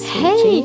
hey